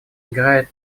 играет